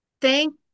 thank